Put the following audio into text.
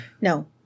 No